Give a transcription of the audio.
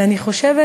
ואני חושבת